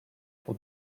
for